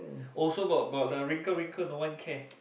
also got got the wrinkle wrinkle no one care